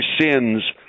sins